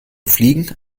fliegen